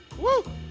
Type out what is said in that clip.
woo!